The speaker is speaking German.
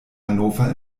hannover